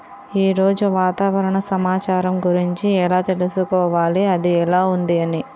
ఈరోజు వాతావరణ సమాచారం గురించి ఎలా తెలుసుకోవాలి అది ఎలా ఉంది అని?